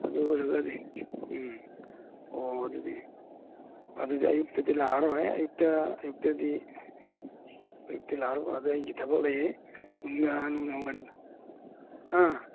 ꯑꯗꯨ ꯑꯣꯏꯔꯒꯗꯤ ꯎꯝ ꯑꯣ ꯑꯗꯨꯗꯤ ꯑꯗꯨꯗꯤ ꯑꯌꯨꯛꯇꯗꯤ ꯂꯥꯛꯑꯔꯣꯏ ꯑꯌꯨꯛꯇ ꯑꯌꯨꯛꯇꯗꯤ ꯑꯌꯨꯛꯇ ꯂꯥꯛꯑꯔꯣꯏ ꯑꯩꯒꯤ ꯊꯕꯛ ꯂꯩ ꯅꯨꯡꯗꯥꯡ ꯋꯥꯏꯔꯝ ꯑꯥ